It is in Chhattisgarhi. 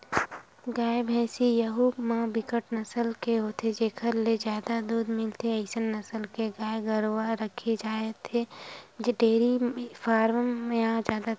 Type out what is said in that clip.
गाय, भइसी यहूँ म बिकट नसल के होथे जेखर ले जादा दूद मिलथे अइसन नसल के गाय गरुवा रखे जाथे डेयरी फारम म जादातर